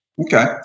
Okay